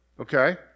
okay